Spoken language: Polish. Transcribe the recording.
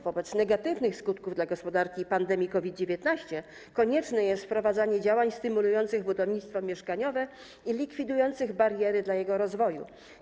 Wobec negatywnych skutków dla gospodarki pandemii COVID-19 konieczne jest wprowadzanie działań stymulujących budownictwo mieszkaniowe i likwidujących bariery w jego rozwoju.